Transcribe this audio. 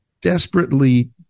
desperately